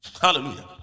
Hallelujah